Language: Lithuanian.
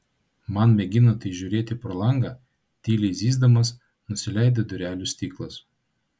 man mėginant įžiūrėti pro langą tyliai zyzdamas nusileido durelių stiklas